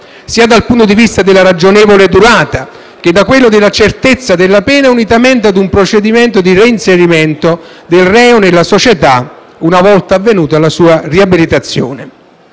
dal punto di vista sia della ragionevole durata sia della certezza della pena, unitamente a un procedimento di reinserimento del reo nella società, una volta avvenuta la sua riabilitazione.